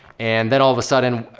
and then all of a sudden,